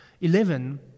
Eleven